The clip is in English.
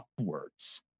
upwards